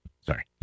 sorry